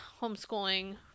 homeschooling